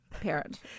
parent